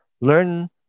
learn